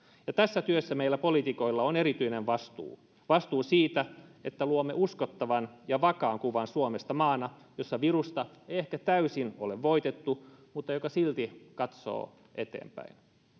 ja tässä työssä meillä poliitikoilla on erityinen vastuu vastuu siitä että luomme uskottavan ja vakaan kuvan suomesta maana jossa virusta ei ehkä täysin ole voitettu mutta joka silti katsoo eteenpäin